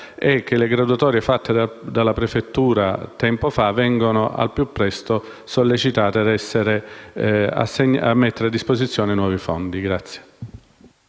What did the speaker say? e che le graduatorie fatte dalla prefettura tempo fa vengano al più presto riviste per mettere a disposizione nuovi fondi.